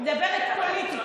אני מדברת פוליטית.